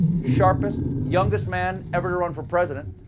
sharpest, youngest man ever to run for president,